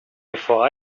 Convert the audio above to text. before